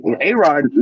A-Rod